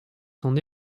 son